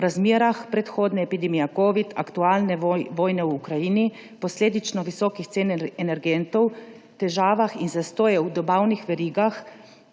V razmerah predhodne epidemije covida, aktualne vojne v Ukrajini, posledično visokih cen energentov, težav in zastojev v dobavnih verigah